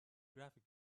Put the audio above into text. graphic